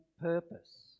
purpose